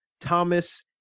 Thomas